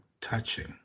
touching